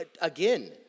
again